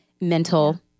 mental